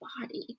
body